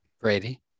Brady